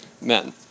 men